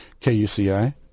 KUCI